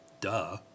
Duh